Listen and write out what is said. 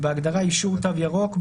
בהגדרה "אישור "תו ירוק"",